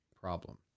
problem